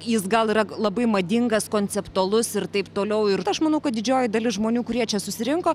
jis gal yra labai madingas konceptualus ir taip toliau ir aš manau kad didžioji dalis žmonių kurie čia susirinko